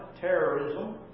Terrorism